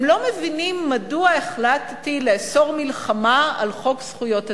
הם לא מבינים מדוע החלטתי לאסור מלחמה על חוק זכויות התלמיד.